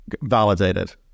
validated